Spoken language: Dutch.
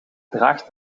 draagt